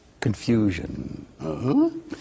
Confusion